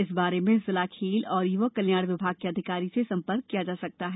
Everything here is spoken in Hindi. इस बारे में जिला खेल एवं युवक कल्याण विभाग के अधिकारी से संपर्क किया जा सकता है